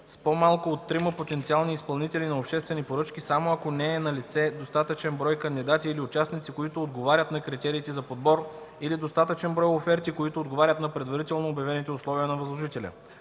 с по-малко от трима потенциални изпълнители на обществени поръчки само ако не е налице достатъчен брой кандидати или участници, които отговарят на критериите за подбор, или достатъчен брой оферти, които отговарят на предварително обявените условия на възложителя.”